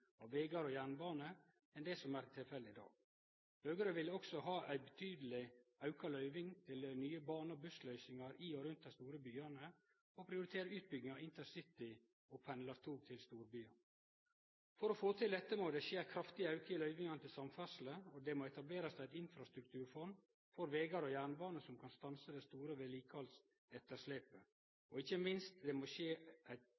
av vegar og jernbane enn det som er tilfellet i dag. Høgre vil også ha ein betydeleg auke i løyvingane til nye bane- og bussløysingar i og rundt dei store byane og prioritere utbygging av intercity- og pendlartog til storbyane. For å få til dette må det skje ein kraftig auke i løyvingane til samferdsle, det må etablerast eit infrastrukturfond for vegar og jernbane som kan stanse det store vedlikehaldsetterslepet, og, ikkje minst, det må skje gjennom eit